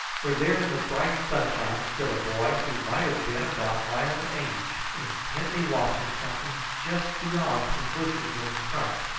for there in the bright sunshine stood a boy who might have been about my own age intently watching something just beyond some bushes in his front,